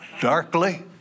darkly